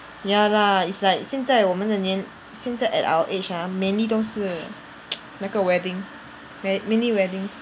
ya lah it's like 现在我们的年现在 at our age ah mainly 都是 那个 wedding main~ mainly weddings